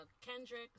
Kendrick